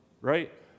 right